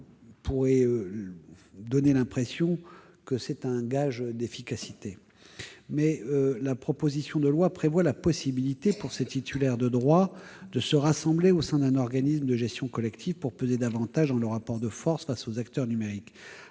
pourrait donc donner l'impression de représenter un gage d'efficacité. La proposition de loi prévoit la possibilité pour ces titulaires de droits de se rassembler au sein d'un organisme de gestion collective, afin de peser davantage dans le rapport de force qui les oppose aux acteurs numériques.